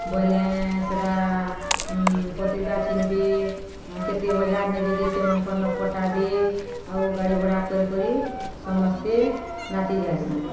ବଏଲେ ସେଟା ପତ୍ରିକା ଛିନ୍ବେ କେତେ ହଜାର୍ ନେବେ ଯେ ସେମାନ୍କର୍ନ ପଟାବେ ଆଉ ଗାଡ଼ି ଭଡ଼ା କରି କରି ସମସ୍ତେ ନାଚି ଯାଏସେନ୍